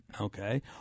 Okay